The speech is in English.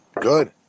Good